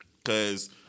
Cause